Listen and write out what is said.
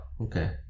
Okay